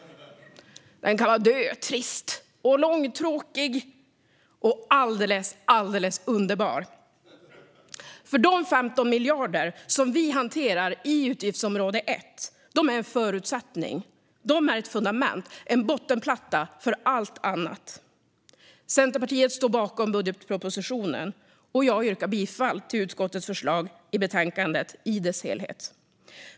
Den kan vara dötrist och långtråkig och alldeles . alldeles underbar. De 15 miljarder vi hanterar i utgiftsområde 1 är nämligen en förutsättning. De är ett fundament, en bottenplatta, för allt annat. Centerpartiet står bakom budgetpropositionen, och jag yrkar bifall till utskottets förslag i betänkandet i dess helhet.